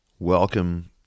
Welcome